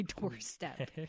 doorstep